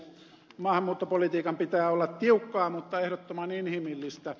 maahanmuuttopolitiikan pitää olla tiukkaa mutta ehdottoman inhimillistä